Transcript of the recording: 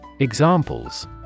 Examples